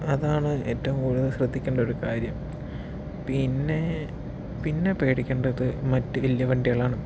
അതാണ് ഏറ്റവും കൂടുതൽ ശ്രദ്ധിയ്ക്കേണ്ട ഒരു കാര്യം പിന്നേ പിന്നെ പേടിക്കേണ്ടത് മറ്റു വലിയ വണ്ടികളാണ്